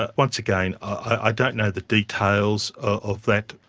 ah once again, i don't know the details of that.